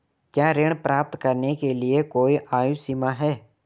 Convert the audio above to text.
क्या ऋण प्राप्त करने के लिए कोई आयु सीमा है?